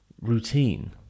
routine